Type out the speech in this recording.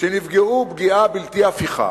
שנפגעו פגיעה בלתי הפיכה